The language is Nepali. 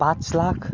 पाँच लाख